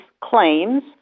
claims